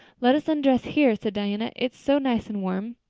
let's undress here, said diana. it's so nice and warm.